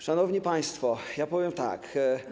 Szanowni państwo, powiem tak.